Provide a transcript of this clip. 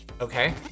Okay